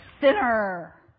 sinner